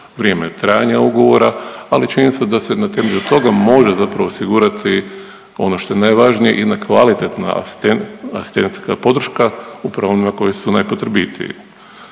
vrijeme trajanja ugovora, ali čini se da se na temelju toga može zapravo osigurati ono što je najvažnije, jedna kvalitetna asistentska podrška upravo onima koji su najpotrebitiji.